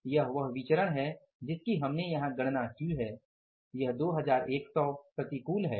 यह वह विचरण है जिसकी हमने यहां गणना की है यह 2100 प्रतिकूल है